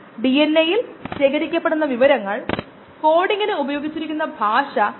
അതിനുമുമ്പ് ഈ രേഖീയ നശീകരണം ഒരുതരം പെരുമാറ്റം മാത്രമാണെന്ന് നമ്മൾ കണ്ടു